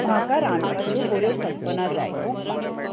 म्हाका रांदपाच्यो बऱ्यो कल्पना जाय